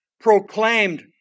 proclaimed